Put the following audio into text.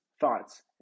thoughts